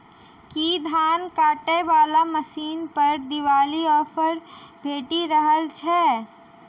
की धान काटय वला मशीन पर दिवाली ऑफर भेटि रहल छै?